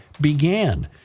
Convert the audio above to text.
began